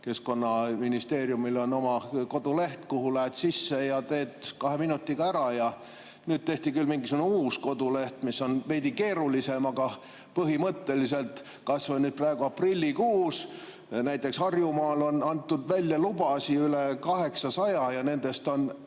Keskkonnaministeeriumil on oma koduleht, kuhu lähed sisse ja teed [toimingud] kahe minutiga ära. Nüüd tehti küll mingisugune uus koduleht, mis on veidi keerulisem. Aga põhimõtteliselt kas või praegu aprillikuus on näiteks Harjumaal antud välja lubasid üle 800 ja nendest on